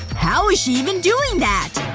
how is she even doing that!